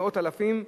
מאות אלפים,